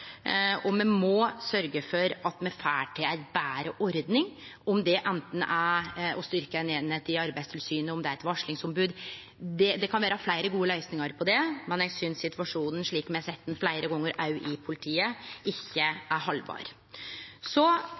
og me må sørgje for at me får til ei betre ordning, anten det er å styrkje ei eining i Arbeidstilsynet eller det er eit varslingsombod. Det kan vere fleire gode løysingar på det, men eg synest situasjonen, slik me har sett det fleire gonger òg i politiet, ikkje er haldbar.